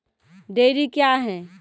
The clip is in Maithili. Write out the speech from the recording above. डेयरी क्या हैं?